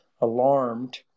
alarmed